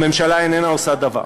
הממשלה איננה עושה דבר.